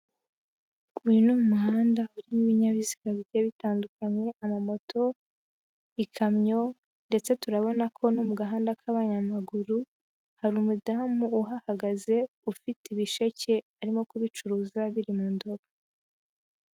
Uyu ni umuhanda urimo ibinyabiziga bigiye bitandukanye, amamoto, ikamyo, ndetse turabona ko no mu gahanda k'abanyamaguru hari umudamu uhahagaze ufite ibisheke arimo kubicuruza biri mu ndobo.